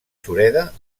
sureda